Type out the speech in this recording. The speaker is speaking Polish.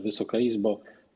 Wysoka Izbo!